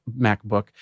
MacBook